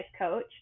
Coach